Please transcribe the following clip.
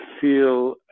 feel